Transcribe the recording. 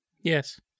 Yes